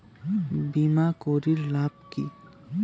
বিমা করির লাভ কি?